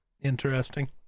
Interesting